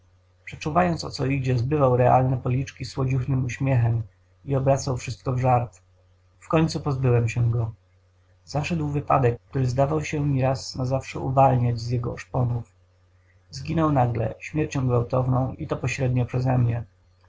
nadaremnie przeczuwając o co idzie zbywał ralne policzki słodziuchnym uśmiechem i obracał wszystko w żart w końcu pozbyłem się go zaszedł wypadek który zdawał się mi raz na zawsze uwalniać z jego szponów zginął nagle śmiercią gwałtowną i to pośrednio